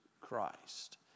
Christ